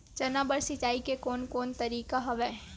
चना बर सिंचाई के कोन कोन तरीका हवय?